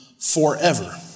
forever